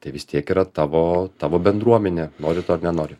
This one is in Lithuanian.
tai vis tiek yra tavo tavo bendruomenė nori to ar nenori